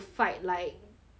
monsters